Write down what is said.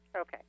Okay